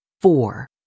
four